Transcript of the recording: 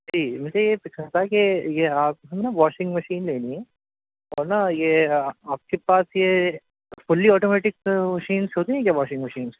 جی مجھے یہ پوچھنا تھا کہ یہ آپ ہے نا واشنگ مشین لینی ہے اور نا یہ آپ کے پاس یہ فلی آٹومیٹک مشینس ہوتی ہیں کیا واشنگ مشین